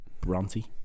bronte